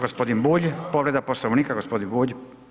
Gospodin Bulj, povreda Poslovnika, gospodin Bulj.